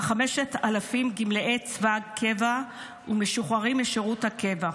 כ-5,000 גמלאי צבא קבע ומשוחררים משירות הקבע,